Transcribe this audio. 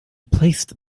placed